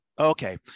Okay